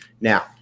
Now